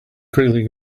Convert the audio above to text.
quickly